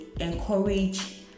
encourage